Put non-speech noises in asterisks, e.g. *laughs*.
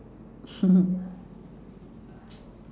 *laughs*